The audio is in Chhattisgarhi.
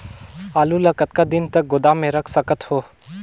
आलू ल कतका दिन तक गोदाम मे रख सकथ हों?